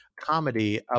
comedy